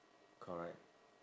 correct